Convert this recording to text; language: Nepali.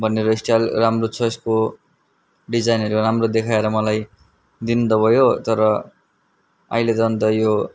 भनेर स्टाइल राम्रो छ यसको डिजाइनहरू राम्रो देखाएर मलाई दिनु त भयो तर अहिले झन त यो